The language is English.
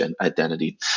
identity